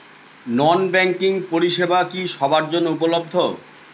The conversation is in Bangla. নন ব্যাংকিং পরিষেবা কি সবার জন্য উপলব্ধ?